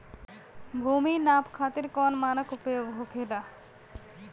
भूमि नाप खातिर कौन मानक उपयोग होखेला?